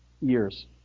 years